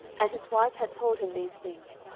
and his wife had told him these things,